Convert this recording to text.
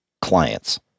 clients